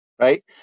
right